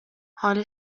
حال